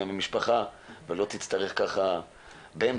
עם המשפחה ולא תצטרך להיות כונן.